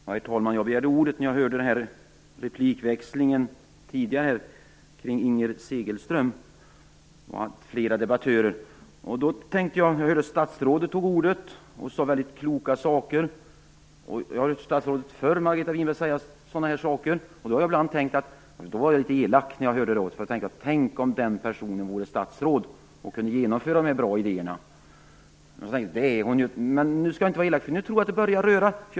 Herr talman! Jag begärde ordet när jag hörde replikväxlingen kring Inger Segelström med flera debattörer. Jag hörde då hur statsrådet tog ordet och sade kloka saker. Jag har hört statsrådet Margareta Winberg säga sådana saker förut. Då har jag tänkt ibland litet elakt tänkt: Tänk om den personen vore statsråd och kunde genomföra de där bra idéerna. Sedan har jag tänkt: Det är hon ju. Nu skall jag inte vara elak. Jag tror att det börjar röra på sig.